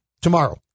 tomorrow